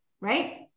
right